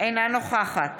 אינה נוכחת